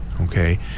Okay